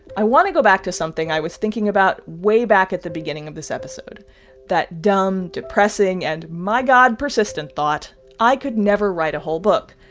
i want to go back to something i was thinking about way back at the beginning of this episode that dumb, depressing and my god persistent thought i could never write a whole book.